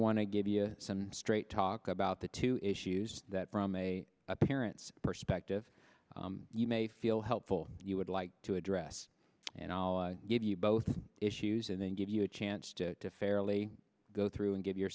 want to give you some straight talk about the two issues that from a parent's perspective you may feel helpful you would like to address and i'll give you both issues and then give you a chance to fairly go through and give your